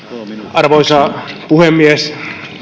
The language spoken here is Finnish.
arvoisa puhemies